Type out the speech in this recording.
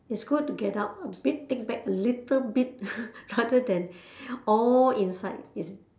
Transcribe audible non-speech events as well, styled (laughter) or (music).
it's good to get out a bit take back a little bit (laughs) rather than all inside it's